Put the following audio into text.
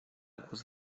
głos